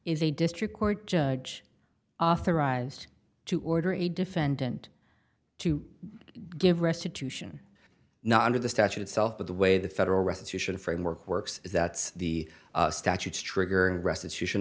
a district court judge authorized to order a defendant to give restitution not under the statute itself but the way the federal restitution framework works that the statutes trigger restitution